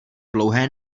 dlouhé